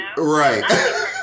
right